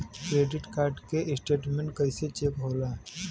Credit card के statement कइसे check होला?